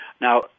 Now